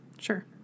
Sure